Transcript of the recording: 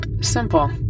simple